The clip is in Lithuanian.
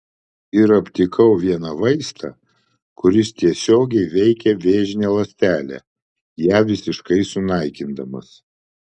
ir aptikau vieną vaistą kuris tiesiogiai veikia vėžinę ląstelę ją visiškai sunaikindamas